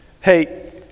hey